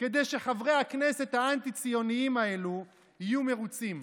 כדי שחברי הכנסת האנטי-ציונים האלה יהיו מרוצים.